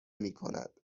میکند